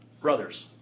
brothers